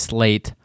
Slate